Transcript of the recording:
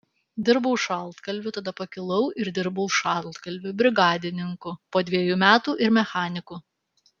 dirbau šaltkalviu tada pakilau ir dirbau šaltkalviu brigadininku po dviejų metų ir mechaniku